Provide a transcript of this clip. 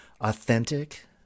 authentic